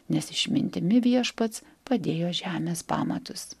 nes išmintimi viešpats padėjo žemės pamatus